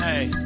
Hey